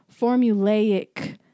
formulaic